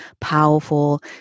powerful